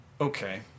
Okay